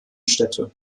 städte